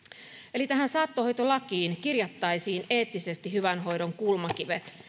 eli tähän saattohoitolakiin kirjattaisiin eettisesti hyvän hoidon kulmakivet